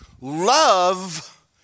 Love